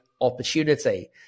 Opportunity